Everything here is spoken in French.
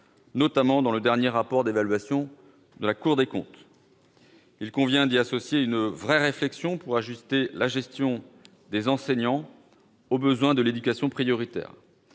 notamment dans le dernier rapport d'évaluation de la Cour des comptes. Il convient d'y associer une vraie réflexion pour ajuster la gestion des enseignants aux besoins de l'éducation prioritaire.